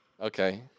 Okay